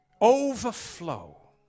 Overflow